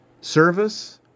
Service